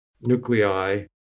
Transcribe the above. nuclei